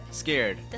scared